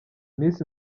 miss